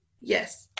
yes